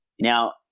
Now